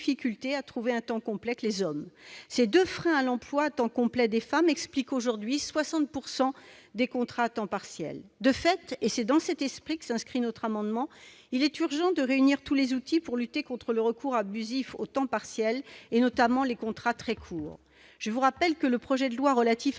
à trouver un temps complet que les hommes. Ces deux freins à l'emploi à temps complet des femmes expliquent aujourd'hui près de 60 % des contrats à temps partiel. De fait, et c'est dans cet esprit que s'inscrit notre amendement, il est urgent de réunir tous les outils existants pour lutter contre le recours abusif au temps partiel, notamment les contrats de très courte durée. Je vous rappelle que le projet de loi relatif à